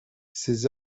ces